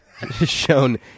shown